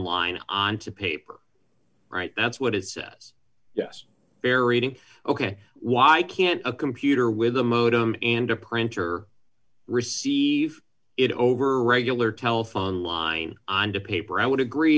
line on to paper right that's what it says yes buried in ok why can't a computer with a modem and a printer receive it over regular telephone line on the paper i would agree